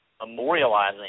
memorializing